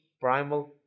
Primal